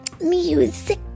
Music